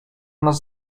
nas